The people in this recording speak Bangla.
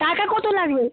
টাকা কত লাগবে